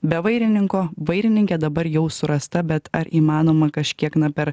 be vairininko vairininkė dabar jau surasta bet ar įmanoma kažkiek na per